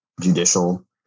judicial